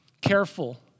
careful